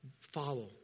follow